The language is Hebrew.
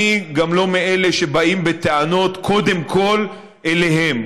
אני גם לא מאלה שבאים בטענות קודם כול אליהם.